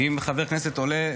נעבור לנושא הבא על סדר-היום,